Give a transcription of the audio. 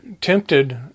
tempted